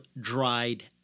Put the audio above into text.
dried